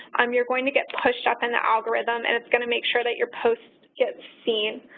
um you're going to get pushed up into algorithm, and it's going to make sure that your posts get seen.